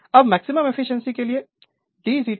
अब maximum efficiency के लिए d zetadx 0 लेना होगा